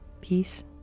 peace